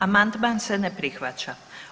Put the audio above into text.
Amandman se ne prihvaća.